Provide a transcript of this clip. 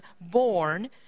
born